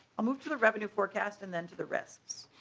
a move to the revenue forecast and then to the rest.